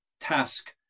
task